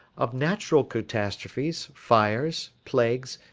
of natural catastrophes, fires, plagues,